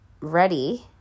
ready